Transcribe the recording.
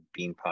Beanpot